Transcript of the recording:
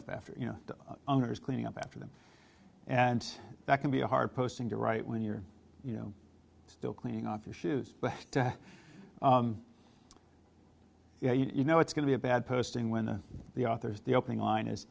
up after you know the owners cleaning up after them and that can be a hard posting to write when you're you know still cleaning off your shoes but you know it's going to be a bad posting when the author is the opening